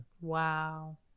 Wow